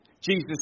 Jesus